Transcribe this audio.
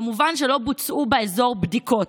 כמובן, לא בוצעו באזור בדיקות.